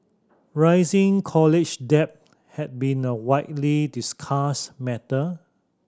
rising college debt had been a widely discussed matter